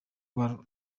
rwanda